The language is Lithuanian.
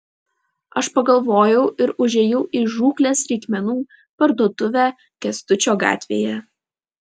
aš pagalvojau ir užėjau į žūklės reikmenų parduotuvę kęstučio gatvėje